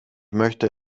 möchte